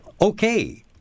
Okay